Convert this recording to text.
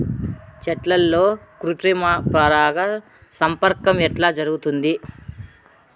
చెట్లల్లో కృత్రిమ పరాగ సంపర్కం ఎట్లా జరుగుతుంది?